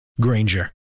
Granger